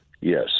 Yes